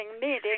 meeting